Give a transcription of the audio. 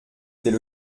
c’est